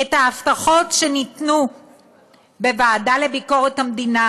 את ההבטחות שניתנו בוועדה לביקורת המדינה